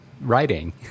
writing